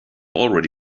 already